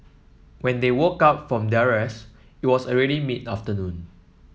when they woke up from their rest it was already mid afternoon